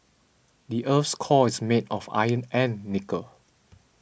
the earth's core is made of iron and nickel